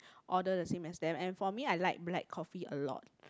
order the same as them and for me I like black coffee a lot